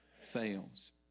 fails